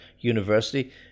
university